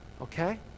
okay